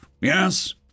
Yes